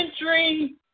entry